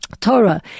Torah